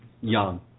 young